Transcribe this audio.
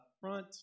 front